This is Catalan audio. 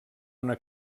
una